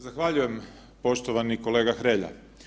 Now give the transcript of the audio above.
Zahvaljujem poštovani kolega Hrelja.